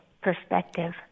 perspective